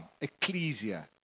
Ecclesia